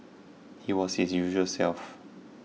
he was his usual self